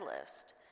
list